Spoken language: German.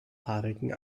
haarigen